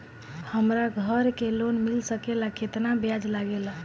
हमरा घर के लोन मिल सकेला केतना ब्याज लागेला?